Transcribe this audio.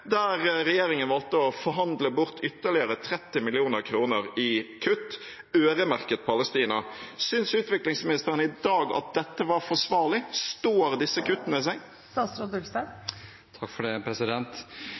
der regjeringen valgte å forhandle bort ytterligere 30 mill. kr i kutt, øremerket Palestina. Synes utviklingsministeren i dag at dette var forsvarlig? Står disse kuttene seg?